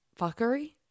fuckery